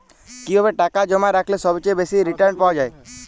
কিভাবে টাকা জমা রাখলে সবচেয়ে বেশি রির্টান পাওয়া য়ায়?